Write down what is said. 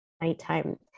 nighttime